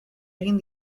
egin